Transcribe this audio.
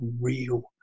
real